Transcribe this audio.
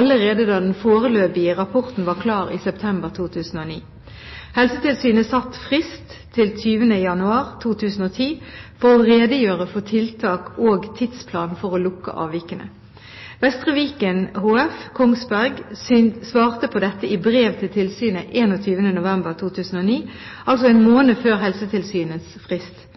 allerede da den foreløpige rapporten var klar i september 2009. Helsetilsynet satte frist til 20. januar 2010 for å redegjøre for tiltak og tidsplan for å lukke avvikene. Vestre Viken HF, Kongsberg, svarte på dette i brev til tilsynet 21. desember 2009, altså én måned før Helsetilsynets frist.